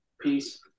Peace